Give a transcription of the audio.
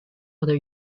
other